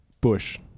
Bush